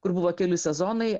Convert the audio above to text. kur buvo keli sezonai